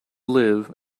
live